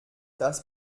das